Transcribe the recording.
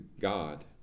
God